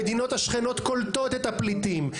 המדינות השכנות קולטות את הפליטים.